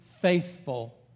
faithful